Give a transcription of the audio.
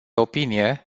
opinie